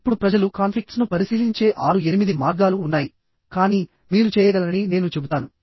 ఇప్పుడు ప్రజలు కాన్ఫ్లిక్ట్స్ ను పరిశీలించే 6 8 మార్గాలు ఉన్నాయి కానీ మీరు చేయగలరని నేను చెబుతాను